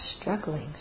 struggling